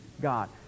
God